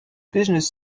business